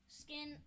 skin